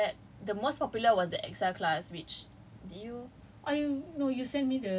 ya and then after that the most popular was the excel class which did you